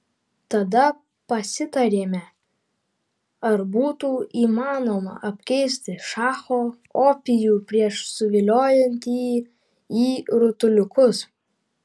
tada pasitarėme ar būtų įmanoma apkeisti šacho opijų prieš suvoliojant jį į rutuliukus